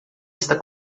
está